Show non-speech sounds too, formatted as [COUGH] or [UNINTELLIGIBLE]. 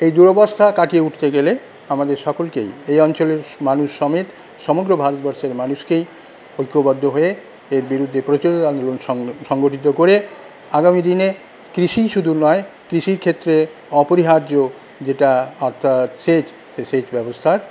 এই দুরবস্থা কাটিয়ে উঠতে গেলে আমাদের সকলকেই এই অঞ্চলের মানুষ সমেত সমগ্র ভারতবর্ষের মানুষকেই ঐক্যবদ্ধ হয়ে এর বিরুদ্ধে [UNINTELLIGIBLE] আন্দোলন [UNINTELLIGIBLE] সংগঠিত করে আগামীদিনে কৃষি শুধু নয় কৃষির ক্ষেত্রে অপরিহার্য যেটা অর্থাৎ সেচ [UNINTELLIGIBLE] সেচ ব্যবস্থার